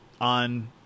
on